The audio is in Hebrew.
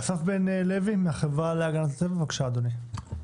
אסף בן לוי, החברה להגנת הטבע, בבקשה.